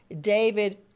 David